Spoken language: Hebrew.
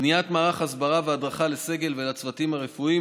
בניית מערך ההסברה וההדרכה לסגל ולצוותים הרפואיים,